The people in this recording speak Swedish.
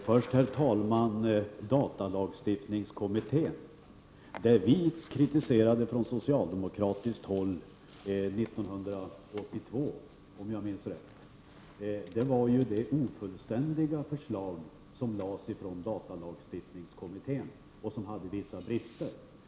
Herr talman! Vi från socialdemokratiskt håll kritiserade 1982 — om jag minns rätt — det ofullständiga förslag som lades fram av datalagstiftningskommittén och som hade vissa brister.